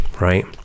right